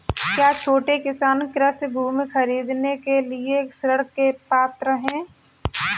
क्या छोटे किसान कृषि भूमि खरीदने के लिए ऋण के पात्र हैं?